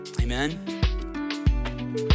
Amen